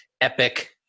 epic